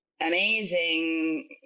amazing